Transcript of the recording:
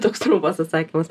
toks trumpas atsakymas